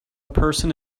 person